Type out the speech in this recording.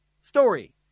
story